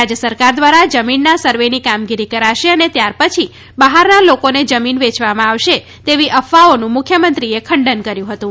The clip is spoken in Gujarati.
રાજ્ય સરકાર દ્વારા જમીનના સર્વેની કામગીરી કરાશે અને ત્યાર પછી બહારના લોકોને જમીન વેચવામાં આવશે તેવી અફવાઓનું મુખ્યમંત્રીએ ખંડન કર્યું હતું